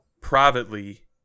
privately